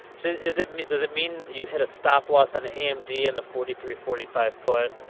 so it is it me doesn't mean you had a stop loss on m. d. and the forty three forty five point.